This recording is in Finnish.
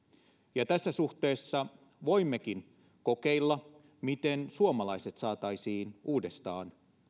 tässä suhteessa voimmekin kokeilla miten suomalaiset saataisiin uudestaan